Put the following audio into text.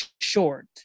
short